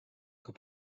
kui